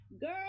Girl